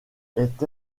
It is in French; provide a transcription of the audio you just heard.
est